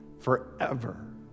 Forever